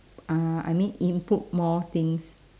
uh I mean input more things